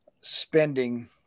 spending